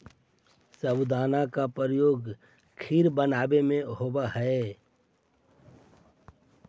साबूदाना का प्रयोग खीर बनावे में होवा हई